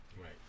Right